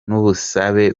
n’ubusabe